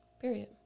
Period